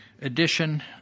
edition